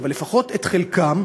אבל לפחות את חלקם,